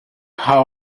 how